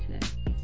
today